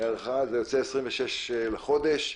זה יוצא 26 לחודש,